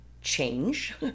change